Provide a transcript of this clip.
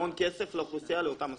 המון כסף לאוכלוסייה לאותם ספורטאים.